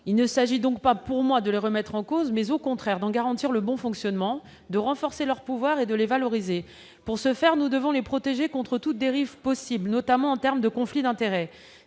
Il s'agit donc pour moi non pas de les remettre en cause, mais, au contraire, d'en garantir le bon fonctionnement, de renforcer leur pouvoir et de les valoriser. Pour ce faire, nous devons les protéger contre toute dérive possible, notamment en termes de conflit d'intérêts.